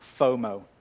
FOMO